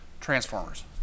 Transformers